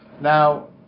Now